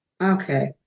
Okay